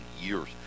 years